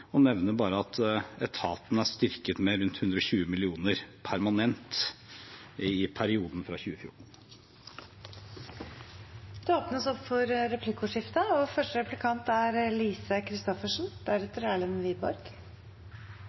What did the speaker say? og nevner bare at etaten er styrket med rundt 120 mill. kr permanent i perioden fra 2014. Det blir replikkordskifte. En kommisjon for